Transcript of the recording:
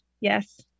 Yes